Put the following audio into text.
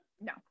no